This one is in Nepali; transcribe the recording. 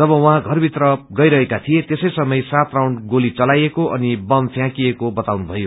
जब उहौँ षर भित्र गइरहेको थिए त्यसै समय सात राउण्ड गोली चलाइएको अनि बम प्याकिएको बताए